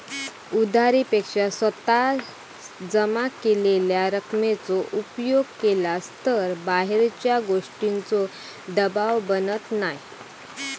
उधारी पेक्षा स्वतः जमा केलेल्या रकमेचो उपयोग केलास तर बाहेरच्या गोष्टींचों दबाव बनत नाय